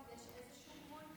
גבול?